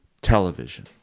television